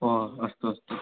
ओ अस्तु अस्तु